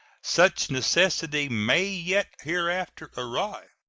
such necessity may yet hereafter arrive,